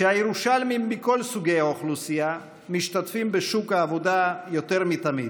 שהירושלמים מכל סוגי האוכלוסייה משתתפים בשוק העבודה יותר מתמיד,